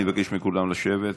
אני מבקש מכולם לשבת.